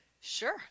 Sure